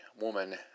woman